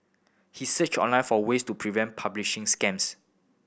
he searched online for ways to prevent phishing scams